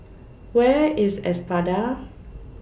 Where IS Espada